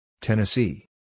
Tennessee